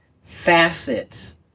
facets